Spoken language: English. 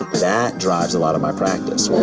that drive as lot of my practice